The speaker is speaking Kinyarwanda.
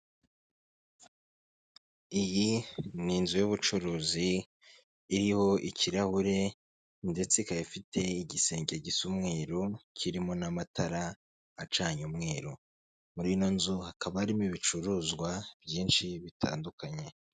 Iyi ni inzu y'ubucuruzi iriho ikirahure ndetse ikaba ifite igisenge gisa umweru kirimo n'amatara acanye umweru, muri ino nzu hakaba harimo ibicuruzwa byinshi bitandukanye.